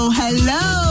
hello